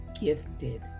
gifted